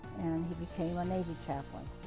and he became a navy chaplain.